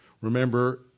Remember